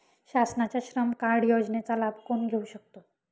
शासनाच्या श्रम कार्ड योजनेचा लाभ कोण कोण घेऊ शकतो?